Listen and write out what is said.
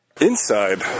Inside